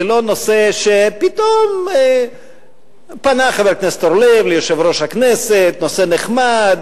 זה לא נושא שפתאום פנה חבר הכנסת אורלב ליושב-ראש הכנסת: נושא נחמד,